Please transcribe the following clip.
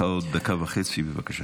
עוד דקה וחצי, בבקשה.